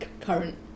current